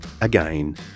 again